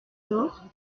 door